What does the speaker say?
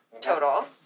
total